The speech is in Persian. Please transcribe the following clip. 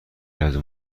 لحظه